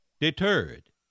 deterred